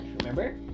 remember